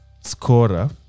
scorer